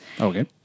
Okay